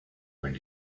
when